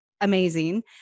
amazing